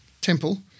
temple